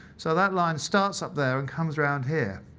so that line starts up there and comes around here.